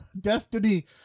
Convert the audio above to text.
Destiny